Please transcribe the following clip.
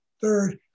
third